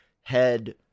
Head